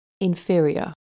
inferior